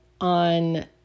on